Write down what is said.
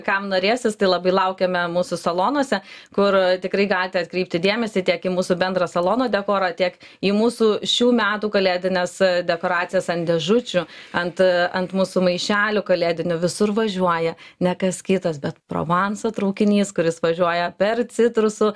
kam norėsis tai labai laukiame mūsų salonuose kur tikrai galite atkreipti dėmesį tiek į mūsų bendrą salono dekorą tiek į mūsų šių metų kalėdines dekoracijas ant dėžučių ant ant mūsų maišelių kalėdinių visur važiuoja ne kas kitas bet provanso traukinys kuris važiuoja per citrusų